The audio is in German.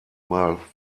mal